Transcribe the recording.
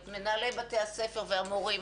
את מנהלי בתי הספר ואת המורים,